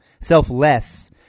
selfless